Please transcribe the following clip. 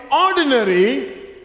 ordinary